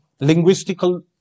linguistical